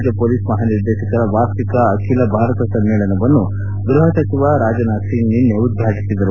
ರಾಜ್ಯ ಮೊಲೀಸ್ ಮಪಾನಿರ್ದೇಶಕರ ವಾರ್ಷಿಕ ಅಖಿಲ ಭಾರತ ಸಮ್ಮೇಳನವನ್ನು ಗೃಪ ಸಚಿವ ರಾಜನಾಥ್ ಸಿಂಗ್ ನಿನ್ನೆ ಉದ್ಘಾಟಿಸಿದರು